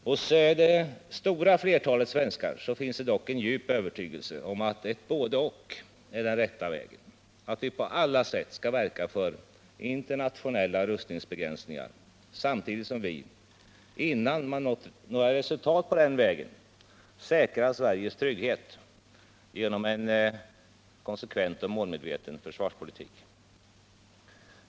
Hos det stora flertalet svenskar finns det dock en djup övertygelse om att ett både-och är den rätta vägen och att vi på alla sätt skall verka för internationella rustningsbegränsningar, samtidigt som vi, innan man har nått några resultat på den vägen, säkrar Sveriges trygghet genom en konsekvent och målmedveten försvarspolitik.